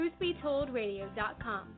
truthbetoldradio.com